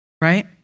Right